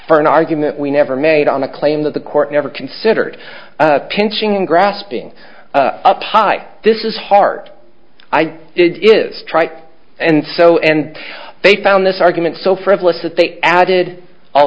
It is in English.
for an argument we never made on a claim that the court never considered pinching grasping up i this is heart i strike and so and they found this argument so frivolous that they added a